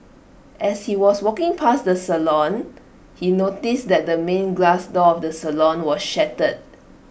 as he was walking past the salon he noticed that the main glass door of the salon was shattered